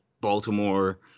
Baltimore